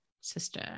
sister